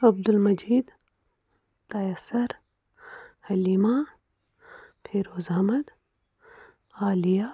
Abdul Majeed Taiser Haleema Feroz Ahmad Aliya